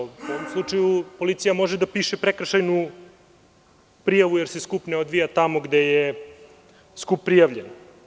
U ovom slučaju, policija može da piše prekršajnu prijavu jer se skup ne odvija tamo gde je skup prijavljen.